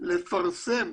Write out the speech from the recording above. לפרסם